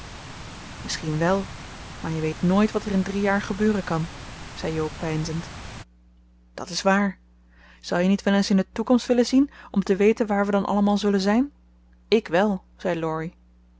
misschien wel maar je weet nooit wat er in drie jaar gebeuren kan zei jo peinzend dat is waar zou je niet wel eens in de toekomst willen zien om te weten waar we dan allemaal zullen zijn ik wel